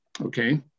Okay